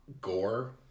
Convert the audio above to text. gore